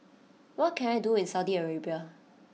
what can I do in Saudi Arabia